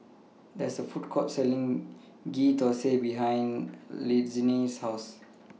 There IS A Food Court Selling Ghee Thosai behind Lyndsey's House